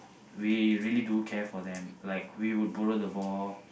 we really do care for them like we would borrow the ball